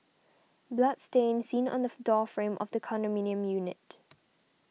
blood stain seen on the door frame of the condominium unit